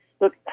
Look